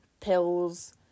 pills